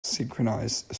synchronized